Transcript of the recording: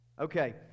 Okay